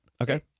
Okay